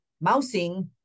Mousing